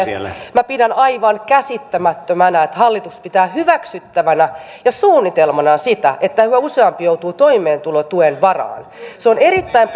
minä pidän aivan käsittämättömänä että hallitus pitää hyväksyttävänä ja suunnitelmanaan sitä että yhä useampi joutuu toimeentulotuen varaan se on erittäin